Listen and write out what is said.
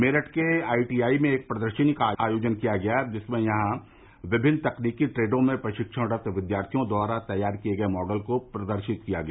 मेरठ के आईटीआई में एक प्रदर्शनी का आयोजन किया गया जिसमें यहां विभिन्न तकनीकी ट्रेडों में प्रशिक्षणरत विद्यार्थियों द्वारा तैयार किये गये मॉडल को प्रदर्शित किया गया